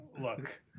look